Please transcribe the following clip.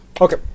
Okay